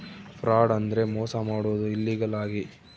fraud ಅಂದ್ರೆ ಮೋಸ ಮಾಡೋದು ಇಲ್ಲೀಗಲ್ ಆಗಿ